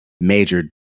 major